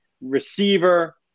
Receiver